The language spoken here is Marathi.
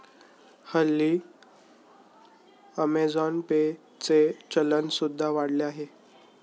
हल्ली अमेझॉन पे चे चलन सुद्धा वाढले आहे